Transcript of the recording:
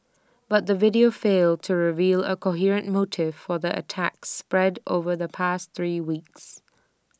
but the video failed to reveal A coherent motive for the attacks spread over the past three weeks